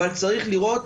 אבל צריך לראות.